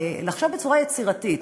לחשוב בצורה יצירתית.